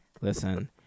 Listen